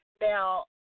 Now